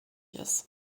ist